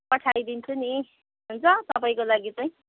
पठाइदिन्छु नि हुन्छ तपाईँको लागि चाहिँ